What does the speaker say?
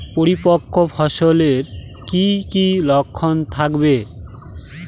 পরিপক্ক ফসলের কি কি লক্ষণ থাকবে?